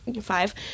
five